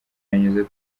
yanyuze